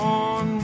on